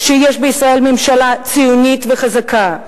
שיש בישראל ממשלה ציונית וחזקה,